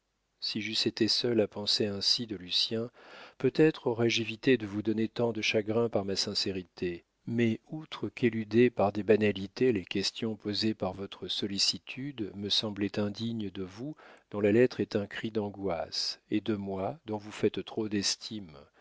si j'eusse été seul à penser ainsi de lucien peut-être aurai-je évité de vous donner tant de chagrin par ma sincérité mais outre qu'éluder par des banalités les questions posées par votre sollicitude me semblait indigne de vous dont la lettre est un cri d'angoisse et de moi dont vous faites trop d'estime